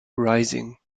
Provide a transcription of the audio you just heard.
rising